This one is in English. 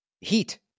Heat